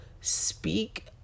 speak